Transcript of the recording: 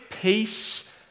peace